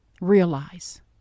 Realize